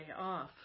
off